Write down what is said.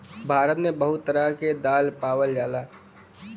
भारत मे बहुते तरह क दाल पावल जाला